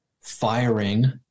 firing